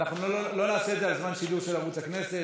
גם אסור לדבר עליה.